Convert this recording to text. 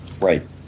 Right